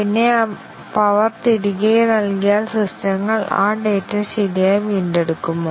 പിന്നെ പവർ തിരികെ നൽകിയാൽ സിസ്റ്റങ്ങൾ ആ ഡാറ്റ ശരിയായി വീണ്ടെടുക്കുമോ